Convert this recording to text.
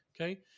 okay